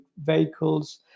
vehicles